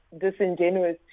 disingenuous